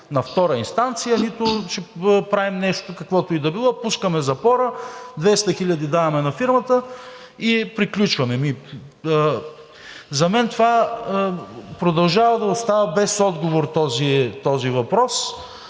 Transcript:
на втора инстанция, нито ще правим нещо, каквото и да било. Пускаме запора, 200 хиляди даваме на фирмата и приключваме. За мен продължава да остава без отговор този въпрос.